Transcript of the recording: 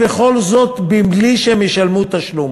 וכל זאת בלי שהם ישלמו תשלום.